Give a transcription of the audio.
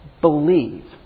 believe